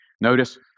Notice